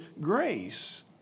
grace